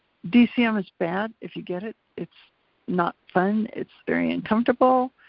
dcm is bad if you get it. it's not fun, it's very uncomfortable.